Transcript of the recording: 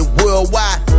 worldwide